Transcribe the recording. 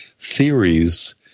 theories